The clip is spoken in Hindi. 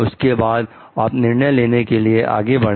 उसके बाद आप निर्णय देने के लिए आगे बढ़े